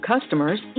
customers